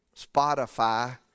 Spotify